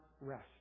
rest